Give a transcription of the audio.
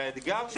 והאתגר שלנו